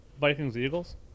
Vikings-Eagles